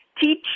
teach